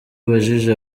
ubajije